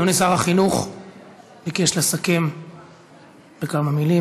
אדוני שר החינוך ביקש לסכם בכמה מילים.